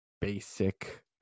basic